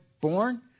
born